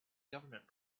government